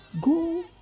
Go